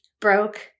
broke